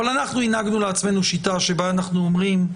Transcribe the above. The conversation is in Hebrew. אבל אנחנו הנהגנו לעצמנו שיטה שבה אנחנו אומרים: